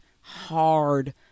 hard